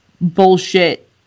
bullshit